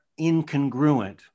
incongruent